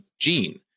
Gene